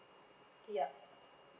yup